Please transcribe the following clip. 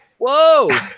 Whoa